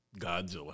Godzilla